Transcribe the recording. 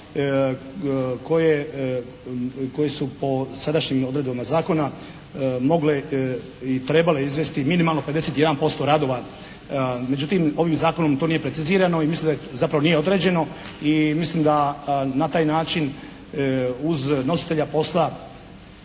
koji su po sadašnjim odredbama zakona mogli i trebali izvesti minimalno 51% radova. Međutim ovim zakonom to nije precizirano i mislim da, zapravo nije određeno i mislim da na taj način uz nositelja posla